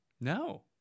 No